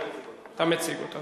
אני מציג אותה.